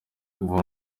kuvamo